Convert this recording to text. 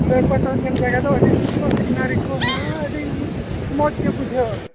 ᱥᱤᱞᱟᱹᱭᱯᱟᱴ ᱦᱚᱸ ᱧᱮᱞ ᱡᱟᱭᱜᱟ ᱫᱚ ᱟᱹᱰᱤ ᱥᱚᱠᱛᱚ ᱥᱤᱱᱟᱹᱨᱤ ᱠᱚ ᱦᱮᱱᱟᱜᱼᱟ ᱟᱹᱰᱤ ᱢᱚᱡᱽ ᱜᱮ ᱵᱩᱡᱷᱟᱹᱜᱼᱟ